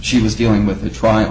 she was dealing with the trial